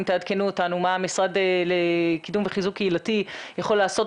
תעדכנו אותנו מה המשרד לקידום וחיזוק קהילתי יכול לעשות,